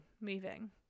moving